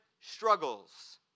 struggles